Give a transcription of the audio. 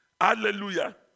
Hallelujah